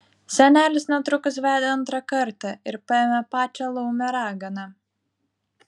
senelis netrukus vedė antrą kartą ir paėmė pačią laumę raganą